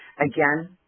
Again